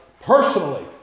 personally